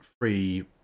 free